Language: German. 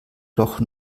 doch